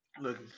look